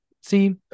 See